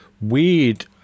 weird